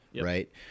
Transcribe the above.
right